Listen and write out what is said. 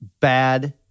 bad